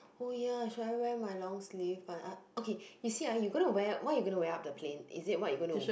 oh ya should I wear my long sleeve but okay you see ah you gonna wear what you gonna wear up the plane is it what you gonna